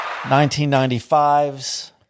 1995's